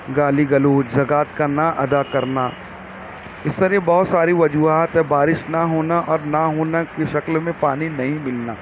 گالی گلوج زکات کا نہ ادا کرنا اس طرح کے بہت ساری وجوہات ہیں بارش نہ ہونا اور نہ ہونا کی شکل میں پانی نہیں ملنا